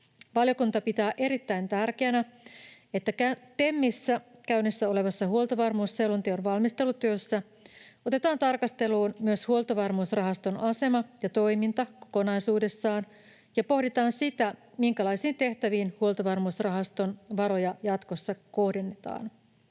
Valiokunta pitää erittäin tärkeänä, että TEMissä käynnissä olevassa huoltovarmuusselonteon valmistelutyössä otetaan tarkasteluun myös Huoltovarmuusrahaston asema ja toiminta kokonaisuudessaan ja pohditaan sitä, minkälaisiin tehtäviin Huoltovarmuusrahaston varoja jatkossa kohdennetaan.